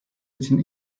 için